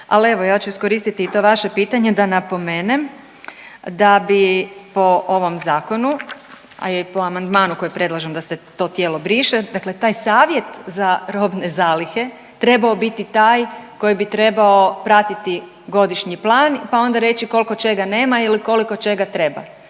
ali evo ja ću iskoristiti i to vaše pitanje da napomenem da bi po ovom zakonu, a i po amandmanu kojim predlažem da se to tijelo briše, dakle taj savjet za robne zalihe trebao biti taj koji bi trebao pratiti godišnji plan pa onda reći koliko čega nema ili koliko čega treba.